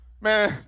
man